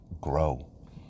grow